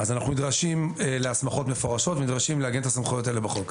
אנחנו נדרשים להסמכות מפורשות ונדרשים לעגן את הסמכויות האלה בחוק.